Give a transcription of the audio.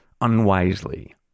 unwisely